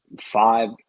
five